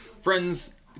friend's